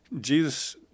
Jesus